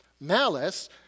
Malice